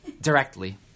Directly